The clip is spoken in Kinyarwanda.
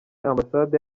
ambasade